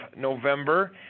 November